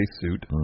suit